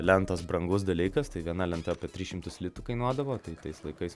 lentos brangus dalykas tai viena lenta apie tris šimtus litų kainuodavo tai tais laikais